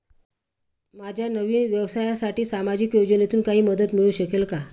माझ्या नवीन व्यवसायासाठी सामाजिक योजनेतून काही मदत मिळू शकेल का?